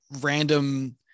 random